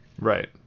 Right